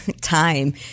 time